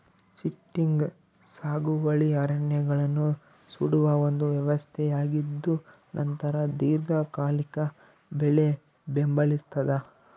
shifting ಸಾಗುವಳಿ ಅರಣ್ಯಗಳನ್ನು ಸುಡುವ ಒಂದು ವ್ಯವಸ್ಥೆಯಾಗಿದ್ದುನಂತರ ದೀರ್ಘಕಾಲಿಕ ಬೆಳೆ ಬೆಂಬಲಿಸ್ತಾದ